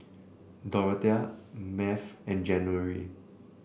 Dorathea Math and January